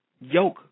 yoke